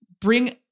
bring